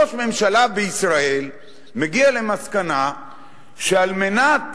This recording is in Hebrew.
ראש ממשלה בישראל מגיע למסקנה שעל מנת